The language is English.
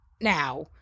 Now